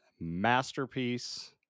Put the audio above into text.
masterpiece